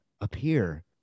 Appear